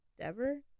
Dever